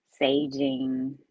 saging